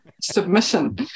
submission